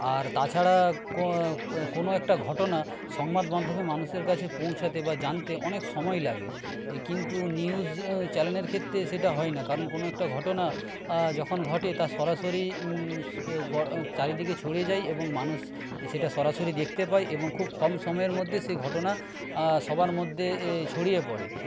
আর তাছাড়া কোনো একটা ঘটনা সংবাদ মাধ্যমে মানুষের কাছে পৌঁছাতে বা জানতে অনেক সময় লাগে কিন্তু নিউজ চ্যানেলের ক্ষেত্রে সেটা হয় না কারণ কোনো একটা ঘটনা যখন ঘটে তা সরাসরি চারিদিকে ছড়িয়ে যায় এবং মানুষ সেটা সরাসরি দেখতে পায় এবং খুব কম সময়ের মধ্যে সে ঘটনা সবার মধ্যে ছড়িয়ে পড়ে